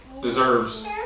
deserves